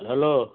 hello